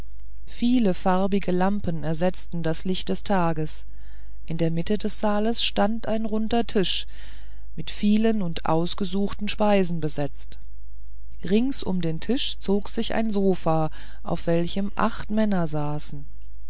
viele farbige lampen ersetzten das licht des tages in der mitte des saales stand ein runder tisch mit vielen und ausgesuchten speisen besetzt rings um den tisch zog sich ein sofa auf welchem männer saßen